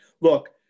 Look